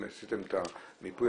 אנחנו רואים גם את דור המדבר